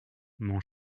mon